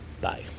Bye